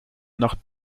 nach